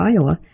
Iowa